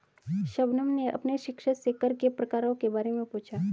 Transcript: शबनम ने अपने शिक्षक से कर के प्रकारों के बारे में पूछा